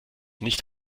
nicht